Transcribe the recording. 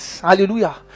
hallelujah